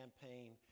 campaign